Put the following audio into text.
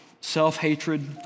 self-hatred